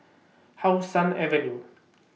How Sun Avenue